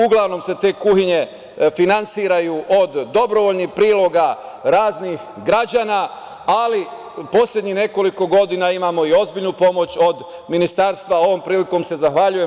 Uglavnom se te kuhinje finansiraju od dobrovoljnih priloga raznih građana, ali poslednjih nekoliko godina imamo i ozbiljnu pomoć od ministarstva i ovom prilikom se zahvaljujem.